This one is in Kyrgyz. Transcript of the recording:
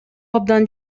абдан